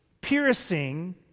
piercing